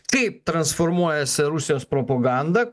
kaip transformuojasi rusijos propaganda